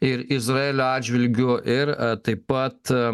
ir izraelio atžvilgiu ir taip pat